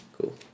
Cool